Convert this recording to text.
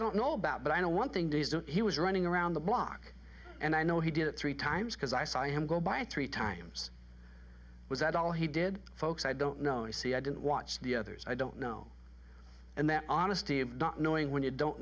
don't know about but i know one thing to he was running around the block and i know he did it three times because i saw him go by three times was that all he did folks i don't know you see i didn't watch the others i don't know and that honesty of not knowing when you don't